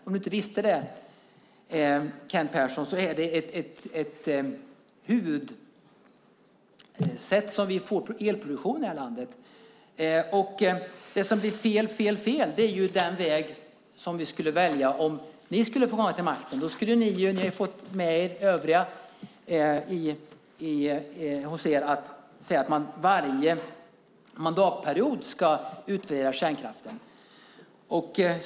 Om du inte visste det, Kent Persson, är det ett av de huvudsätt som vi producerar el på i det här landet. Det som blir fel, fel, fel är den väg som vi skulle välja om ni skulle komma till makten. Ni har ju fått med er övriga partier på er sida att säga att man ska utvärdera kärnkraften varje mandatperiod.